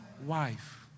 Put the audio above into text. Wife